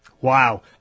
Wow